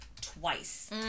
twice